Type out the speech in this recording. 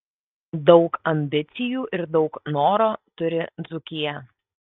daug ambicijų ir daug noro turi dzūkija